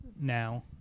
now